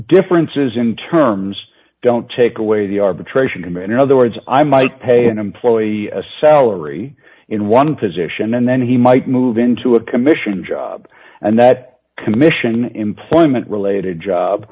differences in terms don't take away the arbitration command in other words i'm mike pay an employee salary in one position and then he might move into a commission job and that commission employment related job